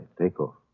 takeoff